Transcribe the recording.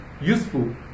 useful